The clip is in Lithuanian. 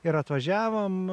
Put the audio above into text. ir atvažiavom